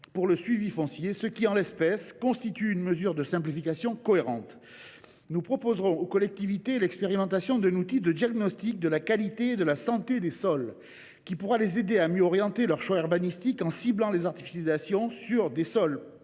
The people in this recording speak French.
pour le suivi du foncier, ce qui constitue une mesure de simplification cohérente. Nous proposerons aux collectivités d’expérimenter un outil de diagnostic de la qualité et de la santé des sols, afin de les aider à mieux orienter leurs choix urbanistiques en ciblant l’artificialisation sur des sols